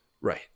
Right